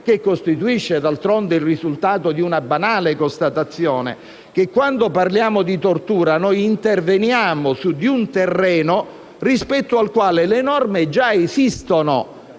che costituisce d'altronde il risultato di una banale constatazione, che quando parliamo di tortura interveniamo su di un terreno rispetto al quale le norme già esistono,